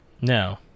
No